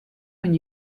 when